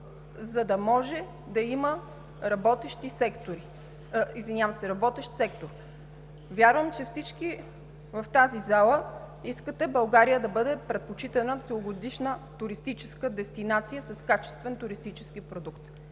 за да може да има работещ сектор. Вярвам, че всички в тази зала искате България да бъде предпочитана целогодишна туристическа дестинация с качествен туристически продукт.